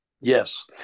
Yes